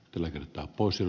herra puhemies